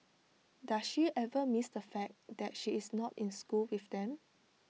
does she ever miss the fact that she is not in school with them